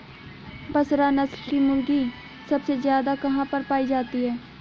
बसरा नस्ल की मुर्गी सबसे ज्यादा कहाँ पर पाई जाती है?